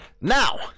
now